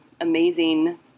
amazing